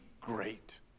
great